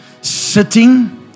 sitting